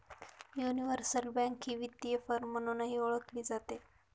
universal bank ही वित्तीय firm म्हणूनही ओळखली जाते